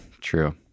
True